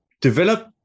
develop